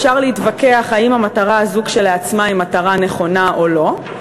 אפשר להתווכח אם המטרה הזאת כשלעצמה היא מטרה נכונה או לא.